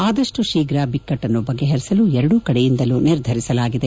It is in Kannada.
ಆದಷ್ಟು ಶೀಘ್ರ ಬಿಕ್ಕಟನ್ನು ಬಗೆಹರಿಸಲು ಎರಡೂ ಕಡೆಯಿಂದಲೂ ನಿರ್ಧರಿಸಲಾಗಿದೆ